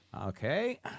Okay